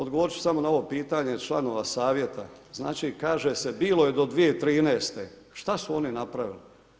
Odgovorit ću samo na ovo pitanje članova savjeta, znači kaže se bilo je 2013., šta su oni napravili.